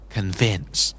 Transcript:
Convince